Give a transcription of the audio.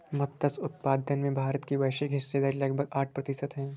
मत्स्य उत्पादन में भारत की वैश्विक हिस्सेदारी लगभग आठ प्रतिशत है